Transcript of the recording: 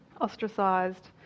ostracized